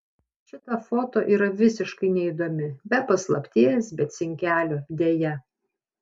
šita foto yra visiškai neįdomi be paslapties be cinkelio deja